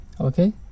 okay